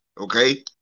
okay